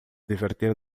divertir